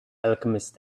alchemist